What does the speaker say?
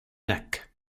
neck